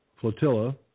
Flotilla